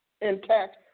intact